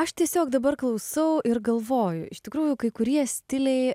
aš tiesiog dabar klausau ir galvoju iš tikrųjų kai kurie stiliai